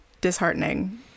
disheartening